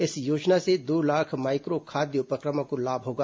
इस योजना से दो लाख माइक्रो खाद्य उपक्रमों को लाभ होगा